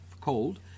cold